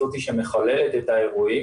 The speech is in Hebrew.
המל"ל.